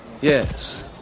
Yes